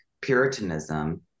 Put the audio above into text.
puritanism